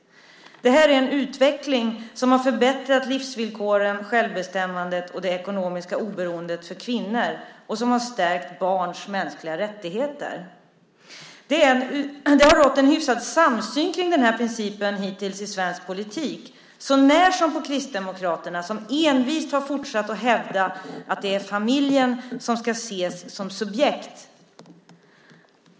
Det är en utveckling som har förbättrat livsvillkoren, självbestämmandet och det ekonomiska oberoendet för kvinnor och stärkt barns mänskliga rättigheter. Det har rått en hyfsad samsyn kring den principen hittills i svensk politik sånär som på Kristdemokraterna. De har envist fortsatt att hävda att det är familjen som ska ses som subjekt.